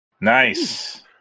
Nice